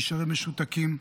נשארים משותקים,